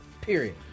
Period